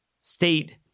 state